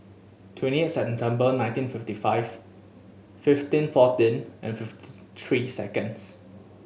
twenty eight September nineteen fifty five fifteen fourteen and fifty three seconds